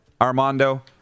Armando